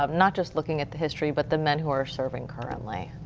um not just looking at the history, but the men who are serving currently?